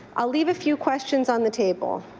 i'll leave a few questions on the table.